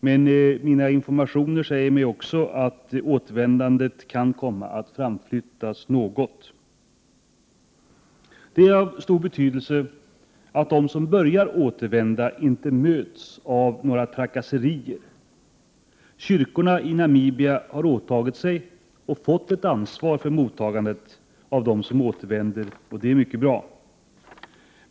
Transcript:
Den information jag har fått säger också att återvändandet kan komma att framflyttas något. Det är av stor betydelse att de som börjar återvända inte möts av några trakasserier. Kyrkorna i Namibia har åtagit sig och fått ett ansvar för mottagandet av dem som återvänder. Det är mycket bra.